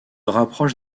rapproche